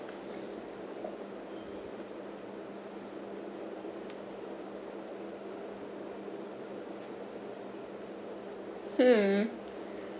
hmm